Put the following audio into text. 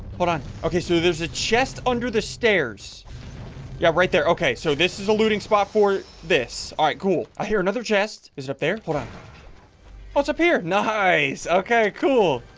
hold on. ok, so there's a chest under the stairs yeah, right there. ok. so this is a looting spot for this. all right, cool. i hear another chest. is that there? hold on what's up here? nice. ok. cool